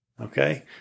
Okay